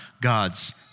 God's